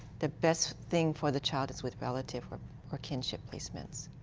the best thing for the child is with relatives or kinship placements.